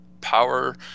power